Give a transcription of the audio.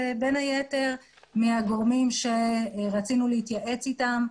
בין היתר מהגורמים שרצינו להתייעץ אתם,